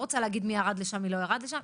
אני לא רוצה להגיד מי ירד לשם, מי לא ירד לשם.